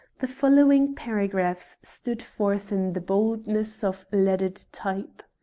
the following paragraphs stood forth in the boldness of leaded type